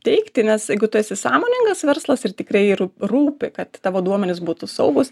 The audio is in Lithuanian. teikti nes jeigu tu esi sąmoningas verslas ir tikrai rū rūpi kad tavo duomenys būtų saugūs